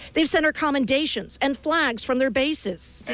they center commendations and flies from their bases.